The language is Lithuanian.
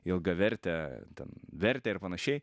ilgavertę ten vertę ir panašiai